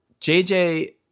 JJ